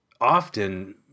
often